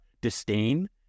disdain